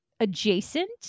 Adjacent